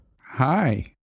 Hi